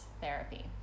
therapy